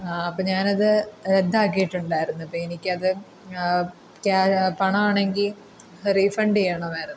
അപ്പം ഞാൻ അത് റദ്ദാക്കിയിട്ടുണ്ടായിരുന്നു അപ്പം എനിക്കത് പണം ആണെങ്കിൽ റീഫണ്ട് ചെയ്യണമായിരുന്നു